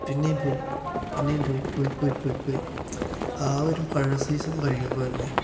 പിന്നെയും പോയി പിന്നെയും പോയി പോയി പോയി പോയി പോയി ആ ഒരു മഴ സീസൺ കഴിയുമ്പോള്ത്തന്നെ